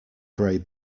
grey